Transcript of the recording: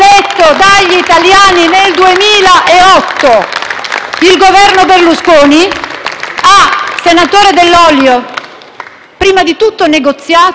Grazie